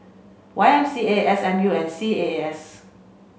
Y M C A S M U and C A A S